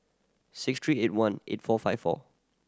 six three eight one eight four five four